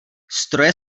stroje